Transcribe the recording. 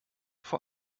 vor